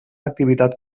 activitat